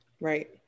Right